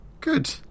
Good